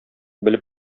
белеп